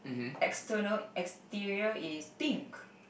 external exterior is pink